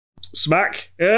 Smack